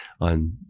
on